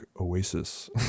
Oasis